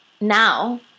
now